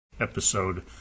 episode